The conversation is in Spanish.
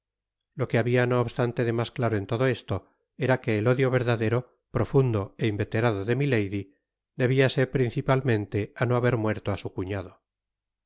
lo que habia no obstante de mas claro en todo esto era que el odio verdadero profundo é inveterado de milady debiase principalmente á no haber muerto á su cuñado